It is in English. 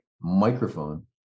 microphone